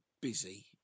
busy